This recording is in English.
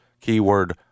keyword